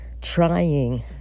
trying